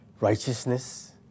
righteousness